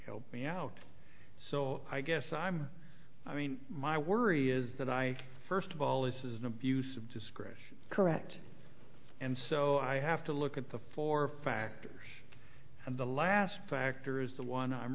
helped me out so i guess i'm i mean my worry is that i first of all this is an abuse of discretion correct and so i have to look at the four factors and the last factor is the one i'm